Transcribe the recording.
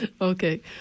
Okay